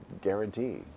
guarantee